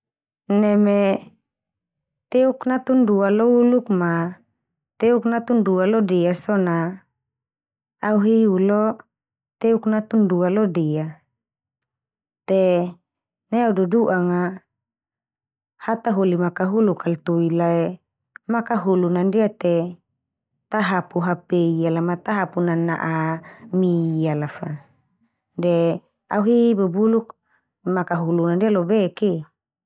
Neme teuk natun dua lo uluk ma teuk natun dua lo dea so na, au hi ulo teuk natun dua lo dea. Te nai au dudu'anga hataholi makahuluk kal tui lae, makahulun na ndia te ta hapu hp iala ma, ta hapu nana'a mi iala fa, de au hi bubuluk makahulun na ndia lobek e.